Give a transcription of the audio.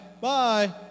bye